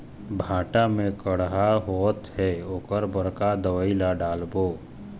भांटा मे कड़हा होअत हे ओकर बर का दवई ला डालबो?